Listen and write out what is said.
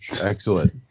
Excellent